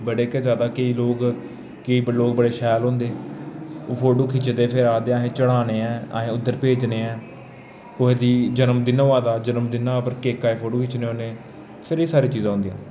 बड़े गै जैदा केईं लोक केईं लोक बड़े शैल होंदे ओह् फोटो खिच्चदे फिर आखदे असें चढ़ाने ऐं असें उद्धर चढ़ाने ऐं कुसै दा जन्मदिन होआ दा जन्मदिन पर केकै दे फोटो खिच्चने होन्ने सर एह् सारियां चीजां होंदियां